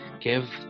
give